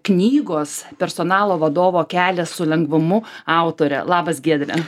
knygos personalo vadovo kelias su lengvumu autorę labas giedre